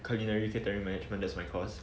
culinary catering management that's my course